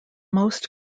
most